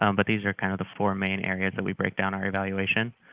um but these are kind of the four main areas that we break down our evaluation.